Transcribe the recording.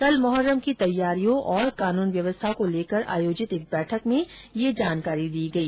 कल मोहरम की तैयारियों और कानून व्यवस्था को लेकर आयोजित एक बैठक में यह जानकारी दी गई